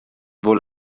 wohl